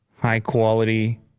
high-quality